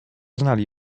znali